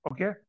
Okay